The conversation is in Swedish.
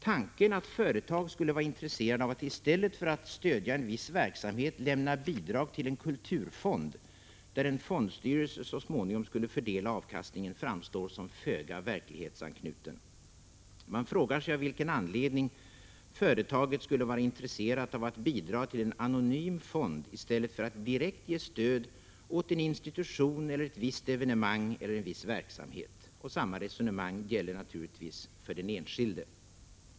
Tanken att företag skulle vara intresserade av att i stället för att stödja en viss verksamhet lämna bidrag till en kulturfond, där en fondstyrelse så småningom skulle fördela avkastningen, framstår som föga verklighetsanknuten. Man frågar sig av vilken anledning företaget skulle vara intresserat av att bidra till en anonym fond i stället för att direkt ge stöd åt en institution, ett visst evenemang eller en viss verksamhet. Samma resonemang gäller naturligtvis för den enskilde.